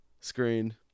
screen